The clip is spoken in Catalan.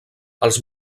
els